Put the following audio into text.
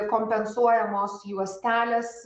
kompensuojamos juostelės